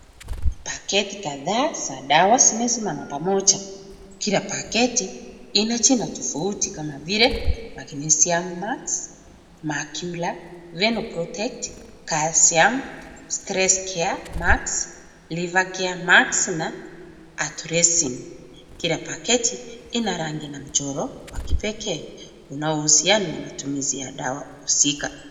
Paketi kadhaa za dawa zimesimama na pamoja. Kila paketi ina jina tofauti kama vile magnesium max, macula, venoprotect, calcium, stress care, max, liver care max , na athresin . Kila paketi ina rangi na mchoro wa kipekee. Kuna uhusiano na matumizi ya dawa husika.